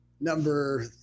number